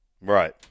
Right